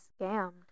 Scammed